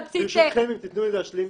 בסיס --- ברשותכם אם תתנו לי להשלים,